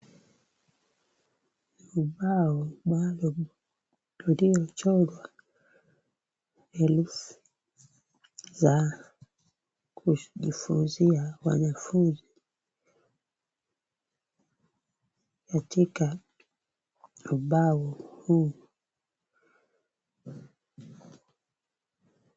Ubao maalum uliochorwa herufi za kujifunzia wanafunzi katika ubao huu.